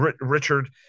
richard